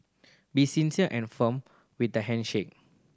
be sincere and firm with the handshake